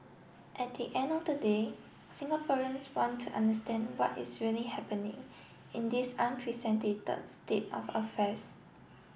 at the end of the day Singaporeans want to understand what is really happening in this unprecedented state of affairs